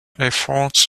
efforts